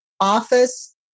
office